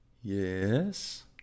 yes